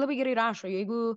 labai gerai rašo jeigu